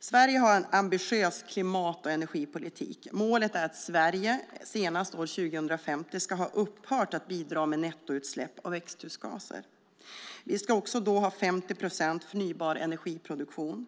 Sverige har en ambitiös klimat och energipolitik. Målet är att Sverige senast år 2050 ska ha upphört att bidra med nettoutsläpp av växthusgaser. Då ska vi också ha 50 procent förnybar energiproduktion.